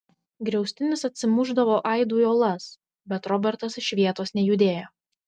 griaustinis atsimušdavo aidu į uolas bet robertas iš vietos nejudėjo